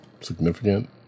significant